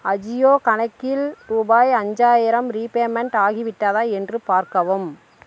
அஜியோ கணக்கில் ரூபாய் அஞ்சாயிரம் ரீபேமெண்ட் ஆகிவிட்டதா என்று பார்க்கவும்